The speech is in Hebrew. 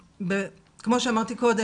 כמו שאמרתי קודם,